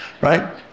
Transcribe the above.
right